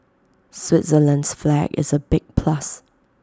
Switzerland's flag is A big plus